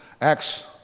Acts